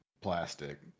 plastic